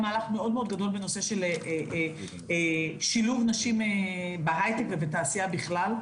מהלך מאוד מאוד גדול בנושא של שילוב נשים בהיי-טק ובתעשייה בכלל,